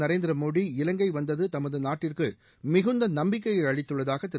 நரேந்திர மோடி இவங்கை வந்தது தமது நாட்டிற்கு மிகுந்த நம்பிக்கையை அளித்துள்ளதாக திரு